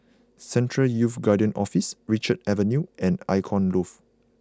Central Youth Guidance Office Richards Avenue and Icon Loft